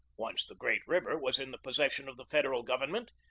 once the great river was in the possession of the federal gov ernment,